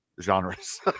genres